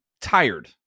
tired